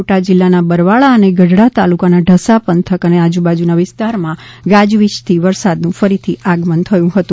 બોટાદ જિલ્લાના બરવાળા અને ગઢડા તાલુકાના ઢસા પંથક અને આજુબાજુના વિસ્તારમાં ગાજવીજ સાથે વરસાદનું ફરીથી આગમન થયું હતું